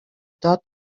tot